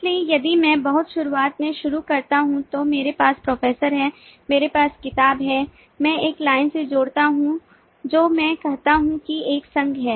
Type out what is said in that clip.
इसलिए यदि मैं बहुत शुरुआत में शुरू करता हूं तो मेरे पास प्रोफेसर हैं मेरे पास किताब है मैं एक लाइन से जोड़ता हूं जो मैं कहता हूं कि एक संघ है